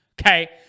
okay